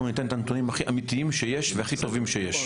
אנחנו ניתן את הנתונים הכי אמיתיים שיש והכי טובים שיש.